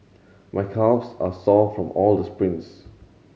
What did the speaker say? my calves are sore from all the sprints